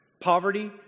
poverty